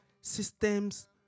systems